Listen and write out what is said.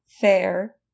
Fair